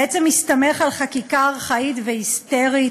בעצם מסתמך על חקיקה ארכאית והיסטרית.